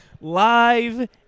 live